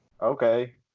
Okay